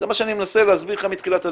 זה מה שאני מנסה להסביר לך מתחילת הדרך.